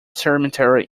cemetery